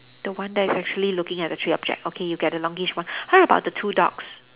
the one that is actually looking at the three object okay you get the longish one how about the two dogs